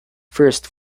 first